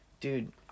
dude